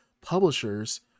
publishers